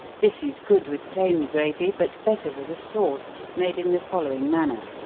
this is good with plain gravy, but better with a sauce, made in the following manner.